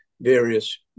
various